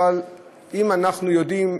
אבל אם אנחנו יודעים,